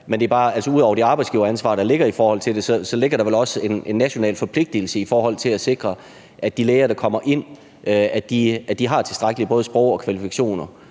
ud over det arbejdsgiveransvar, der ligger i forhold til det, ligger der vel også en national forpligtelse til at sikre, at de læger, der kommer ind, har tilstrækkelige kvalifikationer,